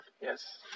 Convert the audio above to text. Yes